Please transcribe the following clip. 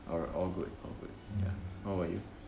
all all good all good ya what about you